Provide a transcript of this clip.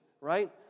right